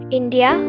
india